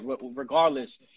regardless